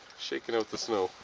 shaking out the snow.